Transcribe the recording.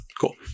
Cool